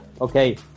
okay